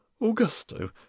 Augusto